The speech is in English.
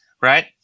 right